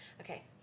okay